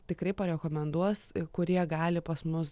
tikrai parekomenduos kurie gali pas mus